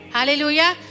Hallelujah